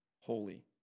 holy